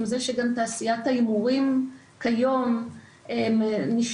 עם זה שגם תעשיית ההימורים כיום נשענת